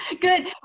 Good